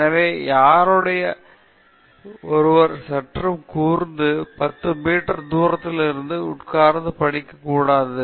எனவே யாரோ ஒருவர் கூட சற்று உட்கார்ந்து 10 மீட்டர் தூரத்தில் இருந்து உட்கார்ந்து படிக்கக் கூடாதே